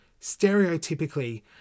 stereotypically